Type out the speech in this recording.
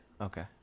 okay